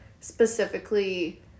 specifically